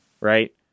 right